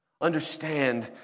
understand